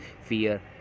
fear